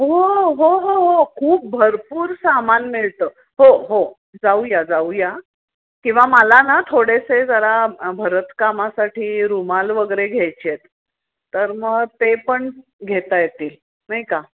हो हो हो खूप भरपूर सामान मिळतं हो हो जाऊया जाऊया किंवा मला ना थोडेसे जरा भरतकामासाठी रूमाल वगैरे घ्यायचे आहेत तर म ते पण घेता येतील नाही का